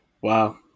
Wow